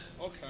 Okay